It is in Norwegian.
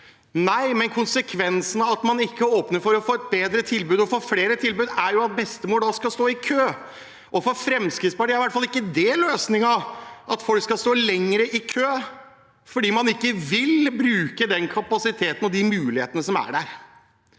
Nei, men konsekvensene av at man ikke åpner for å få bedre og flere tilbud, er jo at bestemor da skal stå i kø. For Fremskrittspartiet er i hvert fall ikke det løsningen – at folk skal stå lenger i kø fordi man ikke vil bruke den kapasiteten og de mulighetene som er der.